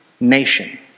nation